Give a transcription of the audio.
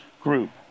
group